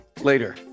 later